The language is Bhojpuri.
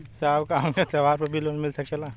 साहब का हमके त्योहार पर भी लों मिल सकेला?